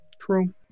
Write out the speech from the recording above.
True